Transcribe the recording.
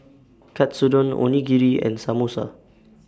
Katsudon Onigiri and Samosa